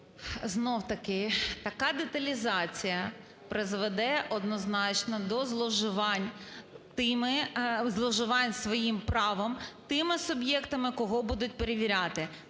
Знову-таки, така деталізація призведе однозначно до зловживань, зловживань своїм правом тими суб'єктами, кого будуть перевіряти.